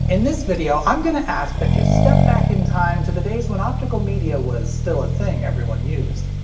in this video i'm gonna ask that you step back in time to the days when optical media was still a thing everyone used.